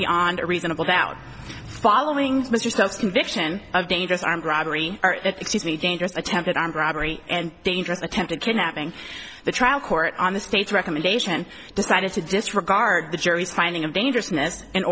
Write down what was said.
beyond a reasonable doubt followings mr stubbs conviction of dangerous armed robbery excuse me dangerous attempted armed robbery and dangerous attempted kidnapping the trial court on the state's recommendation decided to disregard the jury's finding of dangerous